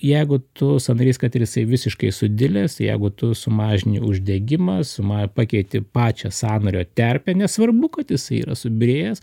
jeigu tuo sąnarys kad ir jisai visiškai sudilęs jeigu tu sumažini uždegimą suma pakeiti pačią sąnario terpę nesvarbu kad jisai yra subyrėjęs